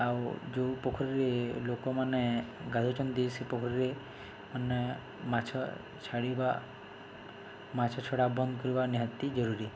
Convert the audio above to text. ଆଉ ଯେଉଁ ପୋଖରୀରେ ଲୋକମାନେ ଗାଧଉଛନ୍ତି ସେ ପୋଖରୀରେ ମାନେ ମାଛ ଛାଡ଼ିବା ମାଛ ଛଡ଼ା ବନ୍ଦ କରିବା ନିହାତି ଜରୁରୀ